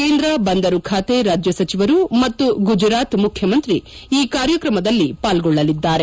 ಕೇಂದ್ರ ಬಂದರು ಖಾತೆ ರಾಜ್ಯ ಸಚಿವರು ಮತ್ತು ಗುಜರಾತ್ ಮುಖ್ಚಮಂತ್ರಿ ಈ ಕಾರ್ಯಕ್ರಮದಲ್ಲಿ ಪಾಲ್ಗೊಳ್ಳಲಿದ್ದಾರೆ